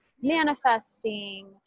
manifesting